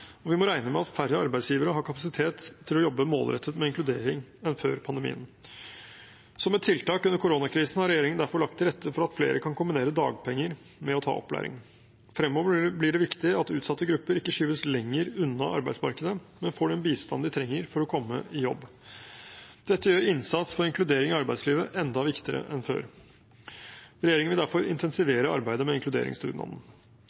og vi må regne med at færre arbeidsgivere har kapasitet til å jobbe målrettet med inkludering enn før pandemien. Som et tiltak under koronakrisen har regjeringen derfor lagt til rette for at flere kan kombinere dagpenger med å ta opplæring. Fremover blir det viktig at utsatte grupper ikke skyves lenger unna arbeidsmarkedet, men får den bistanden de trenger for å komme i jobb. Dette gjør innsats for inkludering i arbeidslivet enda viktigere enn før. Regjeringen vil derfor